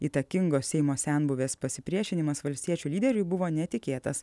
įtakingos seimo senbuvės pasipriešinimas valstiečių lyderiui buvo netikėtas